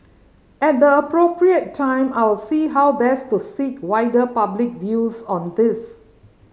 at the appropriate time I will see how best to seek wider public views on this